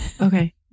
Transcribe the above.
Okay